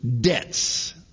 debts